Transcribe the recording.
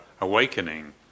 awakening